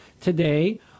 today